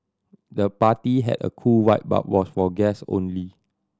the party had a cool vibe but was for guest only